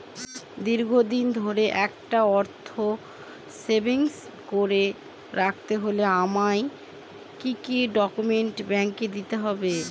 দীর্ঘদিন ধরে একটা অর্থ সেভিংস করে রাখতে হলে আমায় কি কি ডক্যুমেন্ট ব্যাংকে দিতে হবে?